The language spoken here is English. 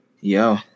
Yo